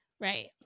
Right